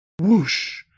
Whoosh